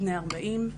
בני ארבעים,